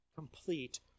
complete